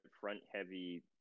front-heavy